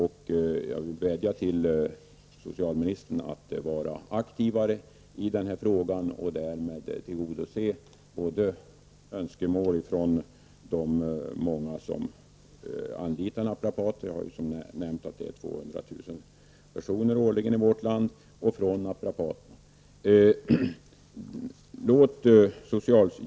Jag vädjar till socialministern att vara aktivare i denna fråga för att tillgodose önskemålen från de många som anlitar naprapater -- jag nämnde att det årligen är 200 000 personer -- och från naprapaterna själva.